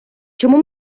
чому